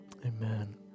Amen